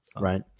Right